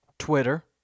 Twitter